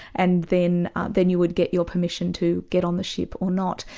and then then you would get your permission to get on the ship or not.